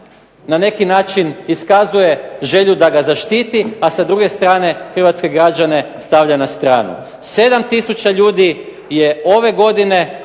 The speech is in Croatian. na neki način iskazuje želju da ga zaštiti, a sa druge strane hrvatske građane stavlja na stranu. 7 tisuća ljudi je ove godine